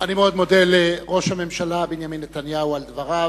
אני מאוד מודה לראש הממשלה בנימין נתניהו על דבריו,